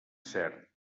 cert